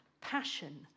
passion